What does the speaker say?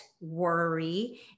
worry